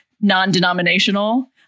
non-denominational